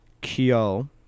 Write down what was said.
Kyo